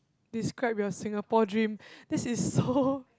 describe your Singapore dream this is so